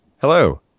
Hello